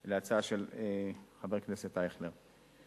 על ההצעה של חבר הכנסת אייכלר.